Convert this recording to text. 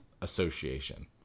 association